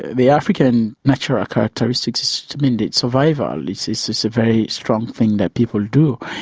the african natural characteristics is immediate survival, it's it's just a very strong thing that people do,